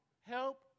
help